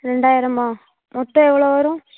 ரெண்டாயிரம்மா மொத்தம் எவ்வளோ வரும்